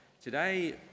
today